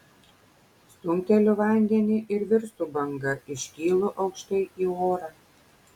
stumteliu vandenį ir virstu banga iškylu aukštai į orą